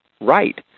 right